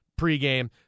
pregame